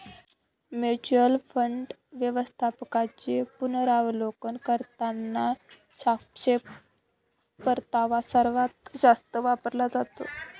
mutual fund व्यवस्थापकांचे पुनरावलोकन करताना सापेक्ष परतावा सर्वात जास्त वापरला जातो